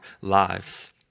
lives